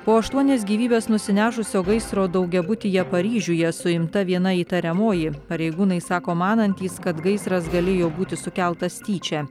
po aštuonias gyvybes nusinešusio gaisro daugiabutyje paryžiuje suimta viena įtariamoji pareigūnai sako manantys kad gaisras galėjo būti sukeltas tyčia